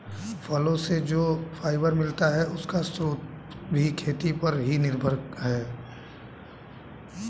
फलो से जो फाइबर मिलता है, उसका स्रोत भी खेती पर ही निर्भर है